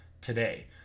today